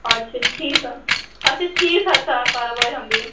अच्छा ठीक हइ अच्छा ठीक हइ तऽ करबै हम भी